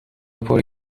پره